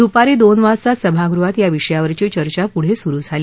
दुपारी दोन वाजता सभागृहात या विषयावरची चर्चा पुढे सुरु झाली